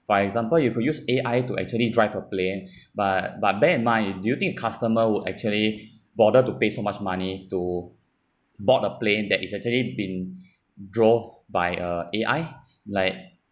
for example you could use A_I to actually drive a plane but but bear in mind do you think customer would actually bother to pay so much money to board a plane that is actually been drove by a A_I like